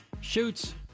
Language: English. shoots